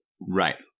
Right